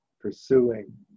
pursuing